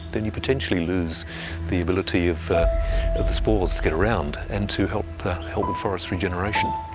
then you potentially lose the ability of of the spores to get around and to help help with forest regeneration.